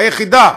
היחידה,